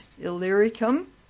Illyricum